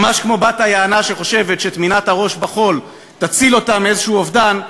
ממש כמו בת-היענה שחושבת שטמינת הראש בחול תציל אותה מאיזה אובדן,